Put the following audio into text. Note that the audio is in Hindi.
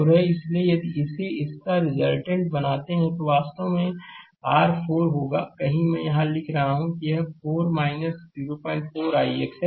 इसलिए यदि इसे इसका रिजल्टेंट बनाते हैं तो यह वास्तव में r 4 होगा कहीं मैं यहां लिख रहा हूं यह 4 04 ix है